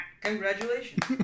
Congratulations